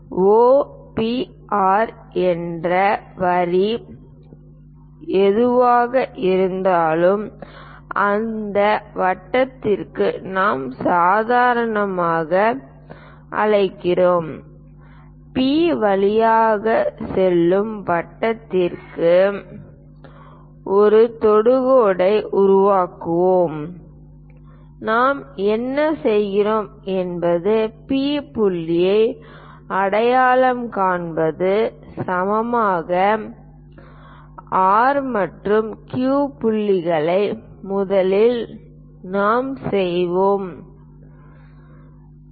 O P R என்ற வரி எதுவாக இருந்தாலும் அந்த வட்டத்திற்கு நாம் சாதாரணமாக அழைக்கிறோம் P வழியாக செல்லும் வட்டத்திற்கு ஒரு தொடுகோட்டை உருவாக்குவோம் நாம் என்ன செய்கிறோம் என்பது P புள்ளியை அடையாளம் காண்பது சமமான R மற்றும் Q புள்ளிகள் முதலில் நாம் செய்வோம் அடையாளம்